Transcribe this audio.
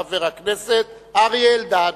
חבר הכנסת אריה אלדד.